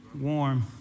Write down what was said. warm